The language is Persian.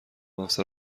افسر